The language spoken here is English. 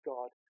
God